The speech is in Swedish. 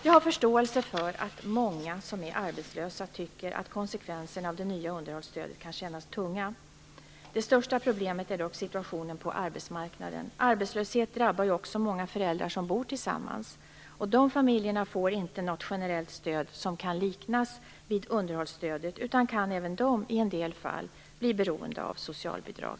Jag har förståelse för att många som är arbetslösa tycker att konsekvenserna av det nya underhållsstödet kan kännas tunga. Det största problemet är dock situationen på arbetsmarknaden. Arbetslöshet drabbar ju också många föräldrar som bor tillsammans. Dessa familjer får inte något generellt stöd som kan liknas vid underhållsstödet utan kan - även de - i en del fall bli beroende av socialbidrag.